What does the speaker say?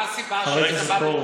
מה הסיבה שבאתם במסות,